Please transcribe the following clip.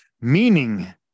Meaning